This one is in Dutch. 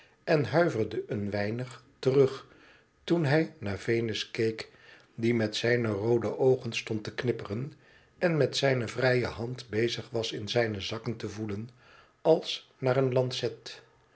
en huiverde een weinig terug toen hij naar venus keek die met zijne roode oogen stond te knippen en met zijne vrije hand bezig was in zijne zakken te voelen als naar een lancet